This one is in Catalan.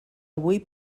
avui